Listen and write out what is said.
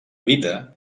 vida